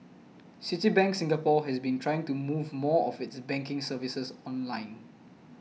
Citibank Singapore has been trying to move more of its banking services online